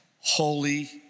holy